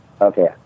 Okay